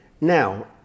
Now